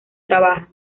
trabajan